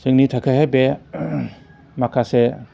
जोंनि थाखायहाय बे माखासे